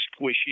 squishy